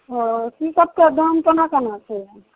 ओ की सबके दाम केना केना छै